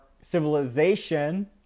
civilization